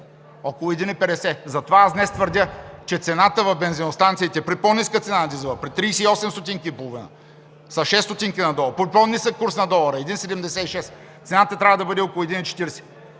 Около 1,50! Затова аз днес твърдя, че цената в бензиностанциите – при по-ниска цена на дизела, при 38 стотинки и половина, със шест стотинки надолу, при по-нисък курс на долара – 1,76, цената трябва да бъде около 1,40.